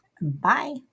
Bye